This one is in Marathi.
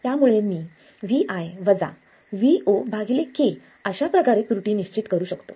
त्यामुळे मी Vi Vo k अशाप्रकारे त्रुटी निश्चित करू शकतो